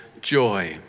joy